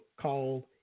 called